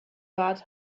bart